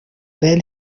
velha